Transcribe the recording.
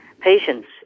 patients